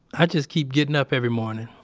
i just keep getting up every morning.